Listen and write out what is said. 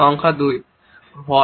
সংখ্যা 2 ভয়